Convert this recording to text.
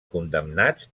condemnat